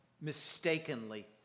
mistakenly